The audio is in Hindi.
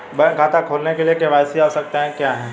बैंक खाता खोलने के लिए के.वाई.सी आवश्यकताएं क्या हैं?